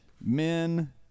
Men